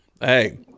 Hey